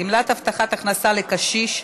גמלת הבטחת הכנסה לקשיש),